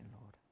Lord